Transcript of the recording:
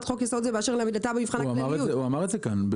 חוק-יסוד ואשר לעמידתה למבחן -- הוא אמר את זה כאן.